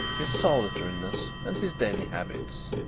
his solitariness and his daily habits.